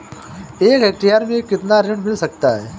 एक हेक्टेयर में कितना ऋण मिल सकता है?